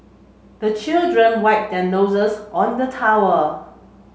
the children wipe their noses on the towel